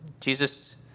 Jesus